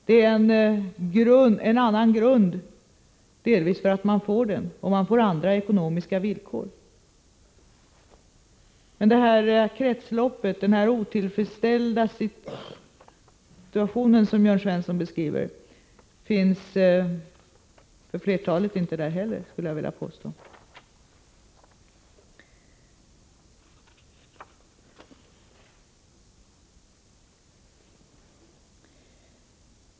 Den har en annan grund, delvis därför att man får den, och man får andra ekonomiska villkor. Jag vill dock påstå att det kretslopp och den otillfredsställda situation som Jörn Svensson beskriver inte finns där för flertalet.